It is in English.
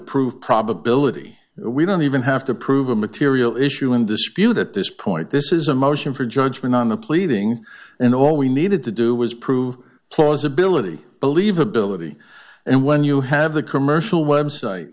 prove probability we don't even have to prove a material issue in dispute at this point this is a motion for judgment on the pleading and all we needed to do was prove plausibility believability and when you have a commercial website